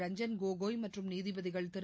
ரஞ்சன் கோனாய் மற்றம் நீதிபதிகள் திரு